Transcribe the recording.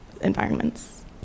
environments